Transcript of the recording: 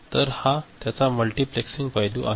तर हा त्याचा मल्टीप्लेक्सिंग पैलू आहे